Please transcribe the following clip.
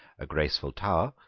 a graceful tower,